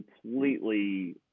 completely